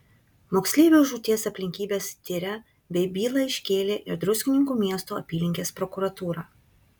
moksleivio žūties aplinkybes tiria bei bylą iškėlė ir druskininkų miesto apylinkės prokuratūra